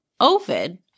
Ovid